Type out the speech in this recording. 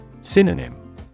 Synonym